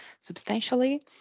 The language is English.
substantially